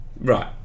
Right